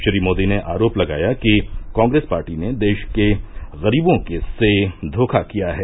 श्री मोदी ने आरोप लगाया कि कांग्रेस पार्टी ने देश के गरीबों से धोखा किया है